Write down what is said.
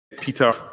Peter